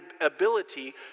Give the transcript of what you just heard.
ability